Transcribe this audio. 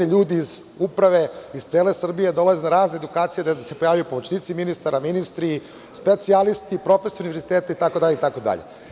LJudi iz uprave iz cele Srbije, dolaze na razne edukacije gde se pojavljuju pomoćnici ministara, ministri, specijalisti, profesori univerziteta i tako dalje.